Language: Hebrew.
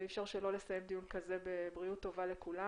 אי אפשר שלא לסיים דיון כזה בבריאות טובה לכולם.